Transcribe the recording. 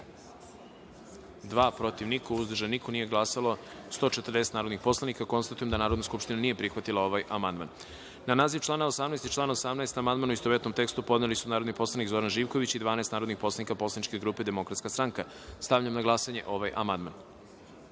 protiv – niko, uzdržanih – nema, nisu glasala 143 narodna poslanika. Konstatujem da Narodna skupština nije prihvatila ovaj amandman. Na naziv iznad člana i član 40. amandmane, u istovetnom tekstu, podneli su narodni poslanik Zoran Živković i 12 narodnih poslanika poslaničke grupe Demokratska stranka. Stavljam na glasanje ovaj